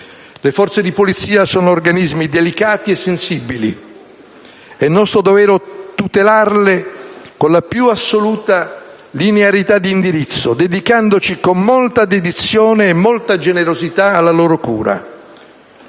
Le forze di polizia sono organismi delicati e sensibili. È nostro dovere tutelarle con la più assoluta linearità di indirizzo, dedicandoci con molta dedizione e molta generosità alla loro cura.